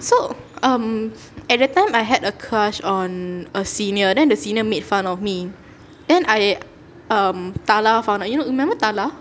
so um at that time I had a crush on a senior then the senior made fun of me then I um tala found out you know you remember tala